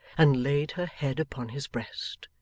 and laid her head upon his breast.